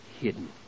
hidden